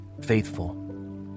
faithful